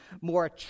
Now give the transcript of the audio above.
more